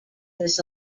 this